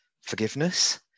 forgiveness